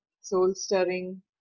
soul-stirring